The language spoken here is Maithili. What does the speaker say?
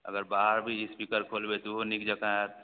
अगर बाहर भी इस्पीकर खोलबै तऽ ओहो नीक जकाँ आएत